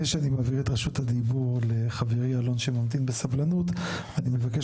רשות הדיבור לחברי חבר הכנסת אלון שוסטר שממתין בסבלנות אני מבקש